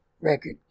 record